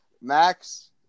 Max